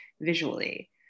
visually